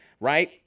right